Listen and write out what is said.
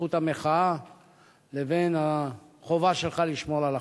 זכות המחאה לבין החובה שלך לשמור על החוק.